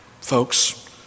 folks